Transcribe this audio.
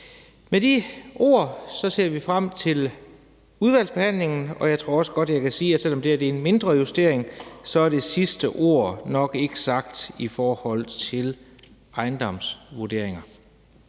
sige, at vi ser frem til udvalgsbehandlingen, og jeg tror også godt, jeg kan sige, at selv om det her er en mindre justering, er det sidste ord nok ikke sagt i forhold til ejendomsvurderinger.